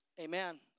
Amen